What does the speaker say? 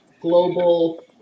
global